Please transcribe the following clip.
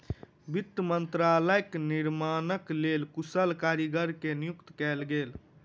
वित्त मंत्रालयक निर्माणक लेल कुशल कारीगर के नियुक्ति कयल गेल